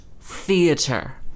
theater